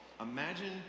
imagine